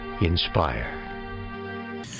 inspire